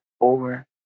over